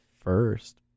first